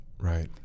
Right